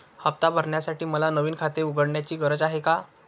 हफ्ता भरण्यासाठी मला नवीन खाते उघडण्याची गरज आहे का?